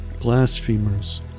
blasphemers